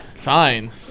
Fine